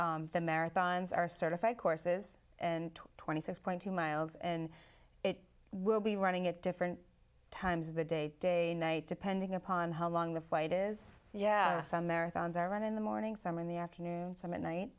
the marathons are certified courses and twenty six point two miles and it will be running at different times of the day day and night depending upon how long the flight is yeah some marathons are run in the morning some in the afternoon some at night